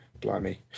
blimey